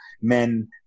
men